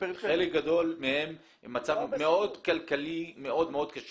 בחלקם הגדול ממצב כלכלי מאוד קשה